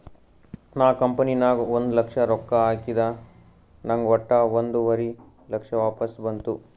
ನಾ ಕಂಪನಿ ನಾಗ್ ಒಂದ್ ಲಕ್ಷ ರೊಕ್ಕಾ ಹಾಕಿದ ನಂಗ್ ವಟ್ಟ ಒಂದುವರಿ ಲಕ್ಷ ವಾಪಸ್ ಬಂತು